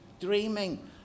dreaming